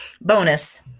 Bonus